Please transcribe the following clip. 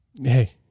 hey